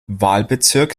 wahlbezirk